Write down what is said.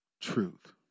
truth